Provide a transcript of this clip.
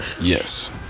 Yes